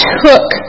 took